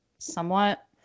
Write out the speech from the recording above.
somewhat